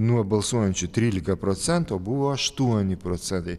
nuo balsuojančių trylika procentų buvo aštuoni procentai